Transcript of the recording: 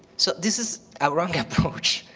so this is a wrong approach.